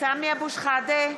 סמי אבו שחאדה,